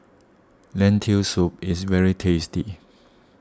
Lentil Soup is very tasty